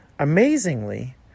Amazingly